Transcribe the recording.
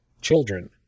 children